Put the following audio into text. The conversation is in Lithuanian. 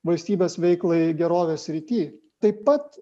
valstybės veiklai gerovės srity taip pat